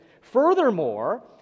Furthermore